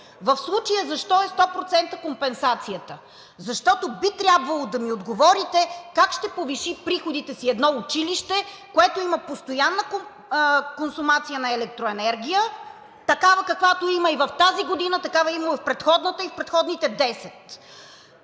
В случая защо е 100% компенсацията? Защото би трябвало да ми отговорите: как ще повиши приходите си едно училище, което има постоянна консумация на електроенергия – такава, каквато има и в тази година, такава е имало и в предходната, и в предходните